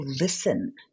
listen